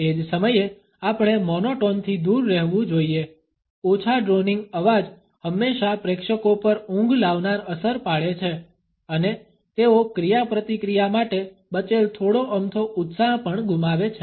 તે જ સમયે આપણે મોનોટોન થી દૂર રહેવું જોઈએ ઓછા ડ્રોનિંગ અવાજ હંમેશા પ્રેક્ષકો પર ઊંઘ લાવનાર અસર પાડે છે અને તેઓ ક્રિયાપ્રતિક્રિયા માટે બચેલ થોડો અમથો ઉત્સાહ પણ ગુમાવે છે